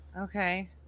okay